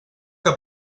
que